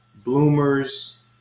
bloomers